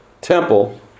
temple